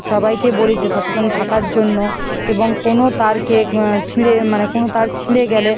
সবাইকে বলি যে সচেতন থাকার জন্য এবং কোনো তারকে ছিঁড়ে মানে কোনো তার ছিঁড়ে গেলে